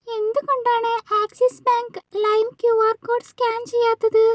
എന്ത് കൊണ്ടാണ് Axis Bank ലൈം ക്യു ആർ കോഡ് സ്കാൻ ചെയ്യാത്തത്